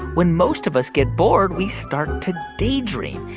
when most of us get bored, we start to daydream,